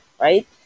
right